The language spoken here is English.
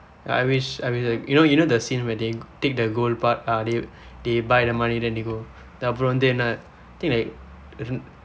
I wish I wi~ like you know you know the scene where they take the gold bar ah they they buy the money then they go அப்புறம் வந்து என்ன:appuram vandthu enna I think like